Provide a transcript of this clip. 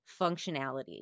functionality